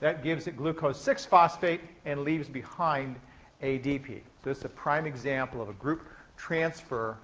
that gives it glucose six phosphate and leaves behind adp. this is a prime example of a group transfer